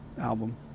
album